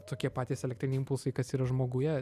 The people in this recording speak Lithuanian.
tokie patys elektriniai impulsai kas yra žmoguje